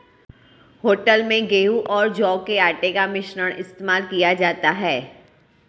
hotel में गेहूं और जौ के आटे का मिश्रण इस्तेमाल किया जाता है